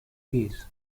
case